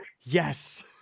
yes